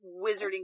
wizarding